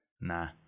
nah